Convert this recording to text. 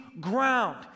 ground